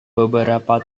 beberapa